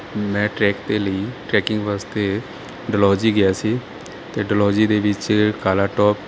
ਮੈਂ ਟਰੈਕ ਦੇ ਲਈ ਟਰੈਕਿੰਗ ਵਾਸਤੇ ਡਲਹੋਜ਼ੀ ਗਿਆ ਸੀ ਅਤੇ ਡਲਹੋਜ਼ੀ ਦੇ ਵਿੱਚ ਕਾਲਾ ਟੋਪ